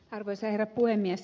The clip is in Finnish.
arvoisa herra puhemies